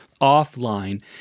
offline